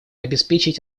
обеспечить